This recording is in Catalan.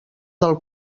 del